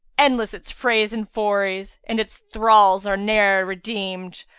endless its frays and forays, and its thralls are ne'er redeemed,